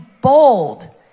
bold